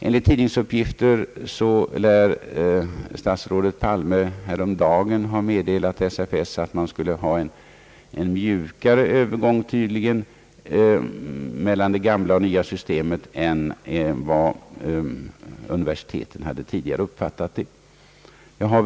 Enligt tidningsuppgifter har statsrådet Palme häromdagen meddelat SFS att man skulle ha en mjukare övergång från det gamla till det nya systemet än vad universiteten tidigare hade uppfattat att det skulle vara.